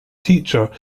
teacher